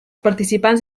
participants